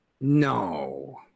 no